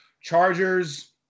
Chargers